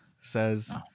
says